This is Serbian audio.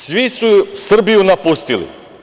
Svi su Srbiju napustili.